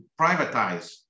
privatize